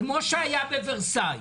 כפי שהיה בוורסאי,